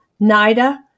NIDA